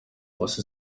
uwase